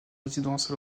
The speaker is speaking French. résidence